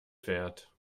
fährt